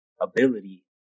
ability